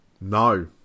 no